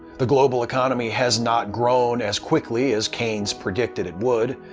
the global economy has not grown as quickly as keynes predicted it would,